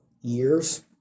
years